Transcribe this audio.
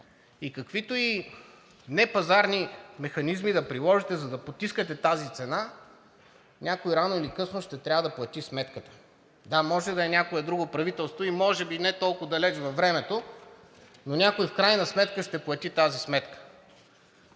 Каквито и непазарни механизми да приложите, за да потискате тази цена, някой рано или късно ще трябва да плати сметката. Да, може да е някое друго правителство и може би не толкова далеч във времето, но някой в крайна сметка ще плати тази сметка.